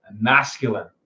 masculine